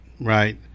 right